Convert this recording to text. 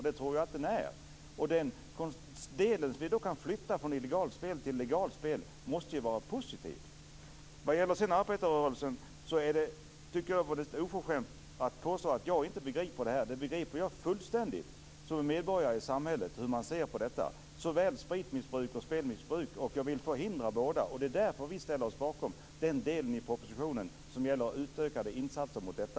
Det tror jag att den är. Det spel som vi då kan flytta från illegalt till legalt spel måste vara positivt. Vad sedan gäller arbetarrörelsen tycker jag att det var oförskämt att påstå att jag inte begriper det här. Som medborgare i samhället begriper jag fullständigt hur man ser på detta, såväl på spritmissbruk som på spelmissbruk. Jag vill förhindra båda. Det är därför vi ställer oss bakom den delen i propositionen som gäller utökade insatser mot detta.